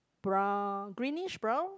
brown greenish brown